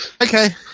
Okay